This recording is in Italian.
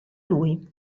lui